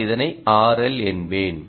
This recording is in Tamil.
நான் இதனை RL என்பேன்